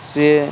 ସିଏ